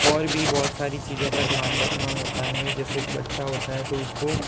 और भी बहुत सारी चीज़ों का ध्यान रखना होता है जैसे बच्चा होता है तो उसको